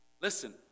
Listen